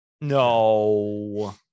No